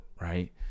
Right